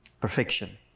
Perfection